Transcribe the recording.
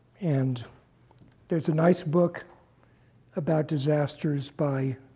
and there's a nice book about disasters by